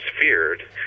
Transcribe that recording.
feared